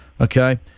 okay